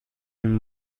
این